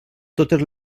totes